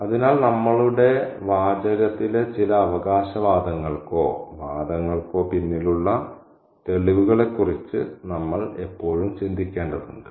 അതിനാൽ നമ്മളുടെ വാചകത്തിലെ ചില അവകാശവാദങ്ങൾക്കോ വാദങ്ങൾക്കോ പിന്നിലുള്ള തെളിവുകളെക്കുറിച്ച് നമ്മൾ എപ്പോഴും ചിന്തിക്കേണ്ടതുണ്ട്